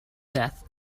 death